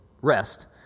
rest